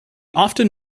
often